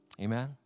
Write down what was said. Amen